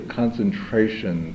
concentration